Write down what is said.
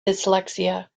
dyslexia